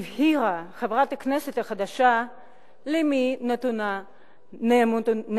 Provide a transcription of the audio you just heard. הבהירה חברת הכנסת החדשה למי נתונה נאמנותה.